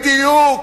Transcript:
זה בדיוק.